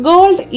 Gold